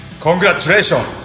Congratulations